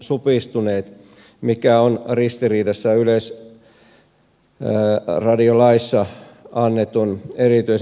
supistuneet mikä on ristiriidassa yleisradiolaissa annetun erityisen palveluvelvoitteen kanssa